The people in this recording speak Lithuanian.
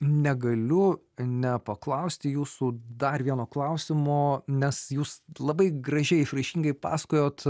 negaliu nepaklausti jūsų dar vieno klausimo nes jūs labai gražiai išraiškingai pasakojot